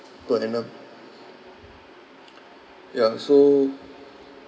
per annum yeah so